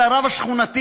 של הרב השכונתי,